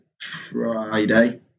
Friday